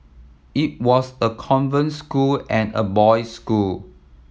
it was a convent school and a boys school